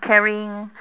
carrying